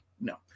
no